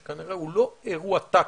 שכנראה הוא לא אירוע טקטי,